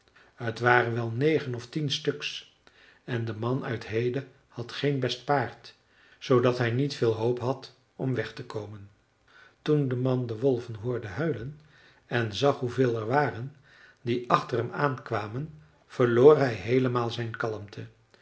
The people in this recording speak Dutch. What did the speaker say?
t waren wel een negen of tien stuks en de man uit hede had geen best paard zoodat hij niet veel hoop had om weg te komen toen de man de wolven hoorde huilen en zag hoeveel er waren die achter hem aankwamen verloor hij heelemaal zijn kalmte